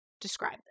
describe